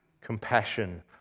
compassion